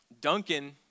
Duncan